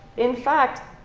in fact,